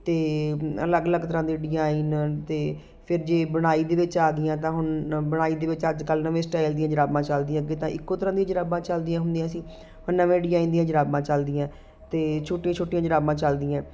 ਅਤੇ ਅਲੱਗ ਅਲੱਗ ਤਰ੍ਹਾਂ ਦੇ ਡਿਜਾਈਨ ਅਤੇ ਫਿਰ ਜੇ ਬੁਣਾਈ ਦੇ ਵਿੱਚ ਆ ਗਈਆਂ ਤਾਂ ਹੁਣ ਨ ਬੁਣਾਈ ਦੇ ਵਿੱਚ ਅੱਜ ਕੱਲ੍ਹ ਨਵੇਂ ਸਟਾਇਲ ਦੀਆਂ ਜੁਰਾਬਾਂ ਚੱਲਦੀਆਂ ਅੱਗੇ ਤਾਂ ਇੱਕੋਂ ਤਰ੍ਹਾਂ ਦੀਆਂ ਜੁਰਾਬਾਂ ਚੱਲਦੀਆਂ ਹੁੰਦੀਆਂ ਸੀ ਹੁਣ ਨਵੇਂ ਡਿਜਾਈਨ ਦੀਆਂ ਜੁਰਾਬਾਂ ਚੱਲਦੀਆਂ ਅਤੇ ਛੋਟੀਆਂ ਛੋਟੀਆਂ ਜੁਰਾਬਾਂ ਚੱਲਦੀਆਂ